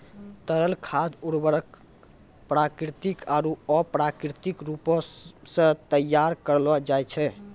तरल खाद उर्वरक प्राकृतिक आरु अप्राकृतिक रूपो सें तैयार करलो जाय छै